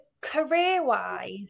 career-wise